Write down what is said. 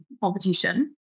competition